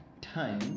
time